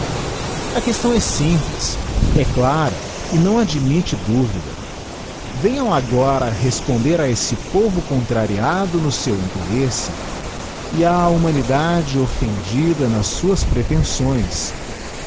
a questão ó simples é clara enãoadmitte duvida venham agora responder a esse povo contrariado no seu interesse e á humanidade ofifendida nas suas prevenções